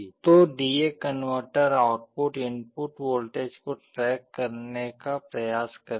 तो DA converter output input voltage को track करने का प्रयास करेगा